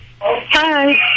Hi